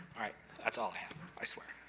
alright that's all i have. i swear.